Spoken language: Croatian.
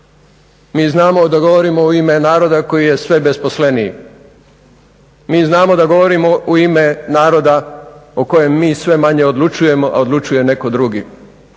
Mi znamo da govorimo u ime naroda koji je sve besposleniji, mi znamo da govorimo u ime naroda u kojem mi sve manje odlučujemo a odlučuje netko drugi